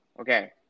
Okay